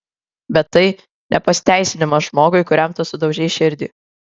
bet tai ne pasiteisinimas žmogui kuriam tu sudaužei širdį